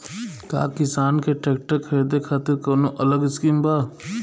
का किसान के ट्रैक्टर खरीदे खातिर कौनो अलग स्किम बा?